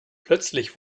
plötzlich